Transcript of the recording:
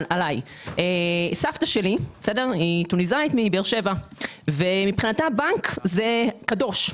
סבתא שלי היא טוניסאית מבאר שבע ומבחינתה בנק זה קדוש.